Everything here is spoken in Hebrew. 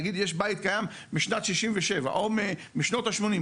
נגיד יש בית קיים משנת 1967 או משנות ה-80,